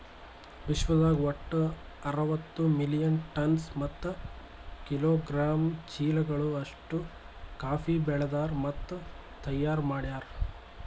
ವಿಶ್ವದಾಗ್ ಒಟ್ಟು ಅರವತ್ತು ಮಿಲಿಯನ್ ಟನ್ಸ್ ಮತ್ತ ಕಿಲೋಗ್ರಾಮ್ ಚೀಲಗಳು ಅಷ್ಟು ಕಾಫಿ ಬೆಳದಾರ್ ಮತ್ತ ತೈಯಾರ್ ಮಾಡ್ಯಾರ